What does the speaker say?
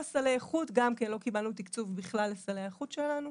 גם כן לא קיבלנו תקצוב בכלל לסלי האיכות שלנו.